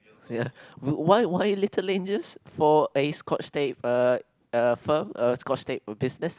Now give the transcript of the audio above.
why why little angles for a scotch tape uh firm uh scotch tape business